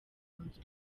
nzu